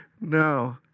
No